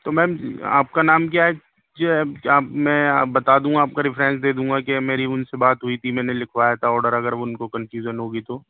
تو میم آپ کا نام کیا ہے جو ہے آپ میں بتا دوں آپ کا ریفرینس دے دوں گا کہ میری ان سے بات ہوئی تھی میں نے لکھوایا تھا آڈر اگر ان کو کنفیوزن ہوگی تو